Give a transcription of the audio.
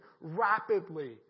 rapidly